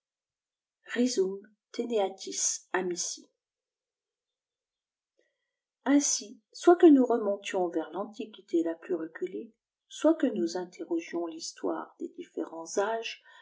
amid ainsi soit que nous remontions vers l'antiquité la plus reculée soit que nous interrogions l'histoire des différents